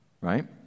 right